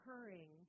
occurring